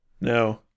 No